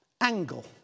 angle